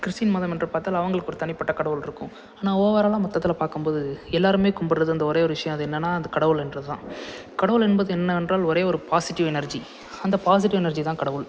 Christian மதம் என்று பார்த்தால் அவங்களுக்கு ஒரு தனிப்பட்ட கடவுளிருக்கும் ஆனால் ஓவராலாக மொத்தத்தில் பார்க்கம்போது எல்லாருமே கும்பிட்றது வந்து ஒரே ஒரு விஷயம் அது என்னன்னா அந்த கடவுள் என்றதுதான் கடவுள் என்பது என்னவென்றால் ஒரே ஒரு பாசிட்டிவ் எனர்ஜி அந்த பாசிட்டிவ் எனர்ஜி தான் கடவுள்